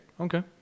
Okay